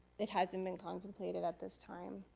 it hasn't been contemplated at this time.